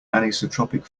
anisotropic